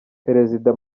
perezida